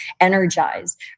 energized